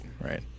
right